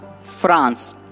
France